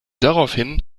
daraufhin